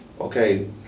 Okay